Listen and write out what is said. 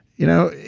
you know,